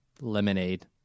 lemonade